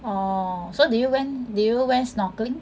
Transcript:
orh so did you went did you went snorkeling